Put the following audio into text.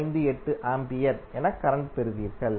458 ampere என current பெறுவீர்கள்